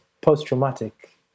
post-traumatic